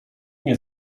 nie